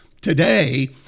today